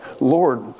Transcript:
Lord